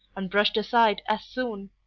and brushed aside as soon,